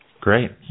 Great